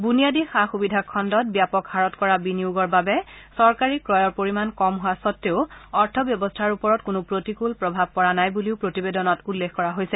বুনিয়াদী সা সুবিধা খণ্ডত ব্যাপক হাৰত কৰা বিনিয়োগৰ বাবে চৰকাৰী ক্ৰয়ৰ পৰিমাণ কম হোৱা সত্বেও অৰ্থব্যৱস্থাৰ ওপৰত কোনো প্ৰতিকূল প্ৰভাৱ পৰা নাই বুলিও প্ৰতিবেদনত উল্লেখ কৰা হৈছে